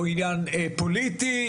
או עניין פוליטי,